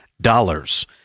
dollars